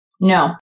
No